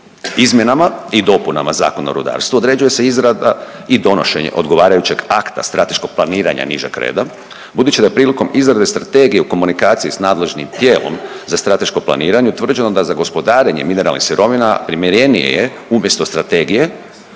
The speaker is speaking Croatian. Izmjenama i dopunama Zakona o rudarstvu određuje se izrada i donošenje odgovarajućeg akta strateškog planiranja nižeg reda budući da je prilikom izrade strategije u komunikaciji s nadležnim tijelom za strateško planiranje utvrđeno da za gospodarenje mineralnih sirovinama primjerenije je umjesto strategije